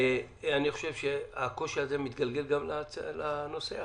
חושב שבסוף הקושי הזה מתגלגל גם לנוסע,